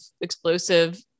explosive